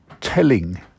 telling